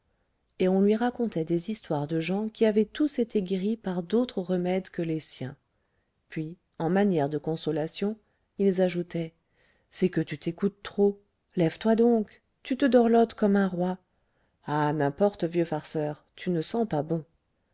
et on lui racontait des histoires de gens qui avaient tous été guéris par d'autres remèdes que les siens puis en manière de consolation ils ajoutaient c'est que tu t'écoutes trop lève-toi donc tu te dorlotes comme un roi ah n'importe vieux farceur tu ne sens pas bon